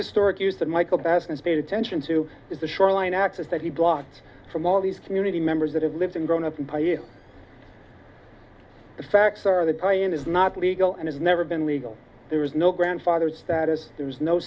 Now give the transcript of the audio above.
historic use of michael bass and paid attention to is the shoreline access that he blocks from all these community members that have lived and grown up and tell you the facts are that by and is not legal and has never been legal there was no grandfathers status there was no